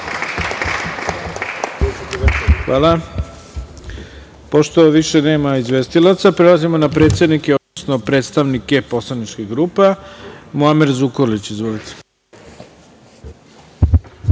Hvala. Pošto više nema izvestilaca, prelazimo na predsednike, odnosno predstavnike poslaničkih grupa. Reč ima Muamer Zukorlić. Izvolite.